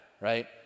Right